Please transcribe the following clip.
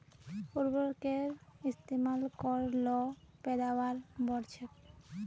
उर्वरकेर इस्तेमाल कर ल पैदावार बढ़छेक